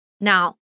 Now